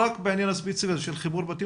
רק בעניין הספציפי הזה של חיבור בתים